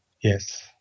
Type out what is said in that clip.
Yes